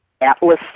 Atlas